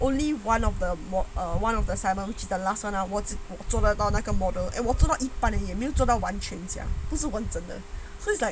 only one of the more err one of the assingment 我只做了到那个 model eh 我做到一半 leh 没有做到完全不是完整的 so it's like